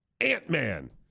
ant-man